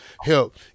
help